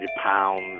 pounds